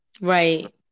Right